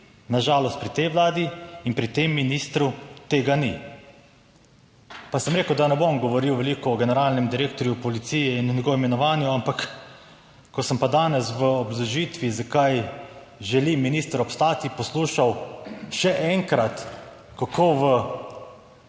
na žalost pri tej Vladi in pri tem ministru tega ni. Pa sem rekel, da ne bom govoril veliko o generalnem direktorju policije in o njegovem imenovanju, ampak ko sem pa danes v obrazložitvi, zakaj želi minister obstati, poslušal še enkrat, kako v